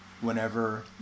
whenever